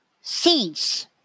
seeds